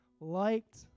liked